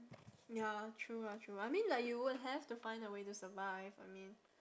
ya true ah true I mean like you would have to find a way to survive I mean